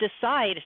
decide